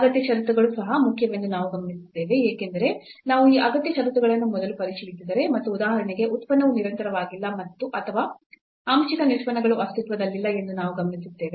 ಅಗತ್ಯ ಷರತ್ತುಗಳು ಸಹ ಮುಖ್ಯವೆಂದು ನಾವು ಗಮನಿಸಿದ್ದೇವೆ ಏಕೆಂದರೆ ನಾವು ಈ ಅಗತ್ಯ ಷರತ್ತುಗಳನ್ನು ಮೊದಲು ಪರಿಶೀಲಿಸಿದರೆ ಮತ್ತು ಉದಾಹರಣೆಗೆ ಉತ್ಪನ್ನವು ನಿರಂತರವಾಗಿಲ್ಲ ಅಥವಾ ಆಂಶಿಕ ನಿಷ್ಪನ್ನಗಳು ಅಸ್ತಿತ್ವದಲ್ಲಿಲ್ಲ ಎಂದು ನಾವು ಗಮನಿಸುತ್ತೇವೆ